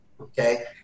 Okay